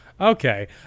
Okay